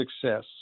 success